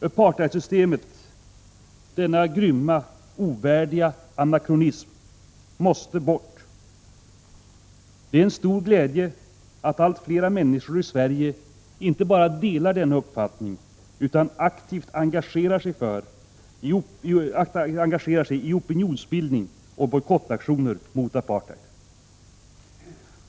Apartheidsystemet — denna grymma, ovärdiga anakronism — måste bort. Det är en stor glädje att allt fler människor i Sverige inte bara delar denna uppfattning utan aktivt engagerar sig i opinionsbildning och bojkottaktioner mot apartheid.